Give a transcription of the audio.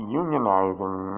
unionizing